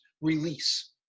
release